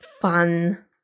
fun